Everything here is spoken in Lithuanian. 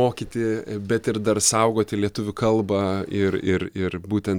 mokyti bet ir dar saugoti lietuvių kalbą ir ir ir būtent